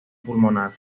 pulmonar